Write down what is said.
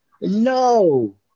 no